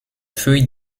feuilles